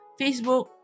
Facebook